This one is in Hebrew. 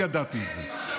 אני ידעתי את זה.